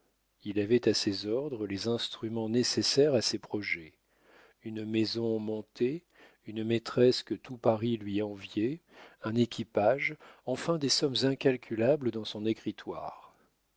il avait à ses ordres les instruments nécessaires à ses projets une maison montée une maîtresse que tout paris lui enviait un équipage enfin des sommes incalculables dans son écritoire